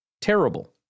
terrible